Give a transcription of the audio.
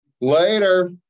Later